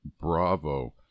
bravo